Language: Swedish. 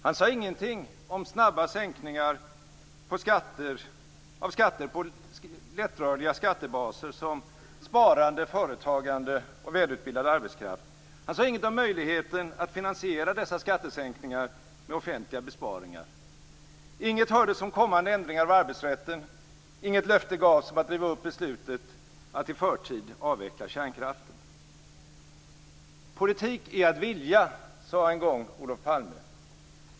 Han sade ingenting om snabba sänkningar av skatter på lättrörliga skattebaser som sparande, företagande och välutbildad arbetskraft. Han sade inget om möjligheten att finansiera dessa skattesänkningar med offentliga besparingar. Inget hördes om kommande ändringar i arbetsrätten. Inget löfte gavs att riva upp beslutet att i förtid avveckla kärnkraften. Politik är att vilja sade en gång Olof Palme.